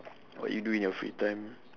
what you do in your free time